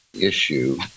issue